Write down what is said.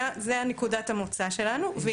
זו נקודת המוצא שלנו.